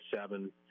seven